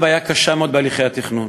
יש בעיה קשה מאוד בהליכי התכנון.